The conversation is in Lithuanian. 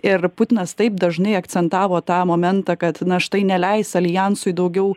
ir putinas taip dažnai akcentavo tą momentą kad na štai neleis aljansui daugiau